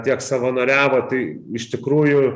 tiek savanoriavo tai iš tikrųjų